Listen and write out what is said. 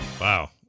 Wow